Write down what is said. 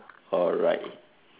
alright